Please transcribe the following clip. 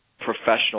professional